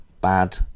bad